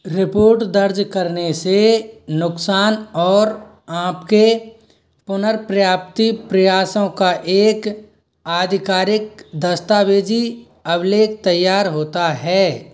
report दर्ज करने से नुकसान और आपके पुनर्प्रयाप्ति प्रयासों का एक आधिकारिक दस्तावेज़ी अभिलेख तैयार होता है